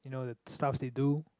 you know the stuffs they do